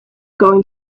going